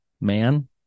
man